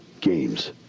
games